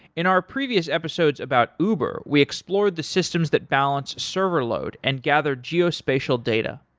in our previous episodes about uber, we explored the systems that balance server load and gather geospatial data.